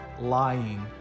lying